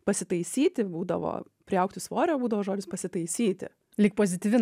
pasitaisyti būdavo priaugti svorio būdavo žodis pasitaisyti lyg pozityvi